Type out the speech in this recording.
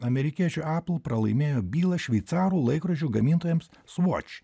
amerikiečių apl pralaimėjo bylą šveicarų laikrodžių gamintojams svoč